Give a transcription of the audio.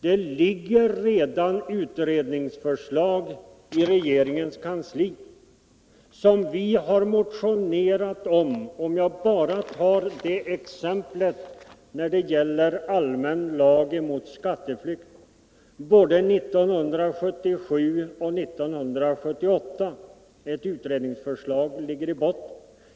Det ligger redan i regeringens kansli utredningsförslag i frågor som vi har motionerat om. Låt mig bara som exempel nämna frågan om allmän lag mot skatteflykt, som varit aktuell både 1977 och 1978 och där ett utredningsförslag ligger i botten.